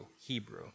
Hebrew